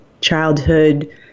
childhood